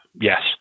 Yes